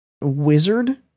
wizard